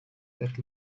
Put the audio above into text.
that